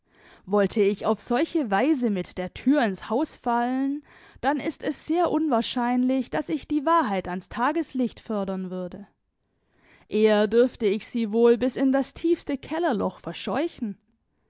wollte ich auf solche weise mit der tür ins haus fallen dann ist es sehr unwahrscheinlich daß ich die wahrheit ans tageslicht fördern würde eher dürfte ich sie wohl bis in das tiefste kellerloch verscheuchen